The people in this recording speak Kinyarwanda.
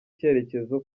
cyerekezo